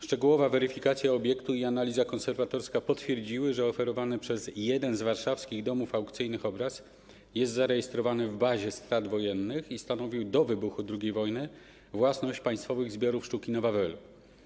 Szczegółowa weryfikacja obiektu i analiza konserwatorska potwierdziły, że oferowany przez jeden z warszawskich domów aukcyjnych obraz jest zarejestrowany w bazie strat wojennych i stanowił do wybuchu II wojny własność Państwowych Zbiorów Sztuki na Wawelu.